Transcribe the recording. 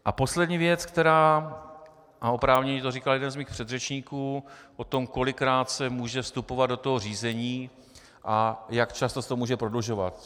A poslední věc, která a oprávněně to říkal jeden z mých předřečníků o tom, kolikrát se může vstupovat do toho řízení a jak často se může prodlužovat.